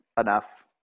enough